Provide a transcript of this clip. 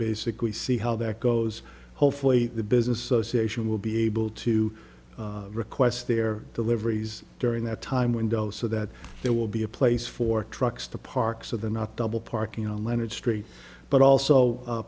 basically see how that goes hopefully the business sation will be able to request their deliveries during that time window so that there will be a place for trucks to park so they're not double parking on leonard street but also